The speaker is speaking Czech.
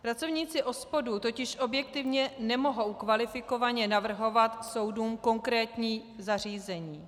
Pracovníci OSPODu totiž objektivně nemohou kvalifikovaně navrhovat soudům konkrétní zařízení.